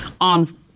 on